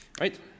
Right